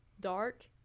dark